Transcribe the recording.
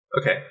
Okay